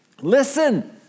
Listen